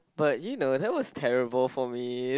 but you know that was terrible for me